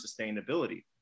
sustainability